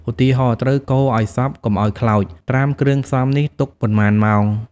ឧទាហរណ៍ ត្រូវកូរឱ្យសព្វកុំឱ្យខ្លោច ត្រាំគ្រឿងផ្សំនេះទុកប៉ុន្មានម៉ោង"។